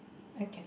okay